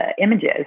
images